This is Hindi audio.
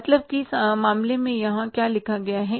मतलब कि मामले में यहाँ क्या लिखा गया है